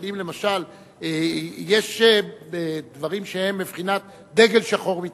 אבל אם למשל יש דברים שהם בבחינת דגל שחור מתנוסס?